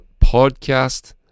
podcast